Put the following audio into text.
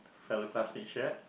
fellow classmates shared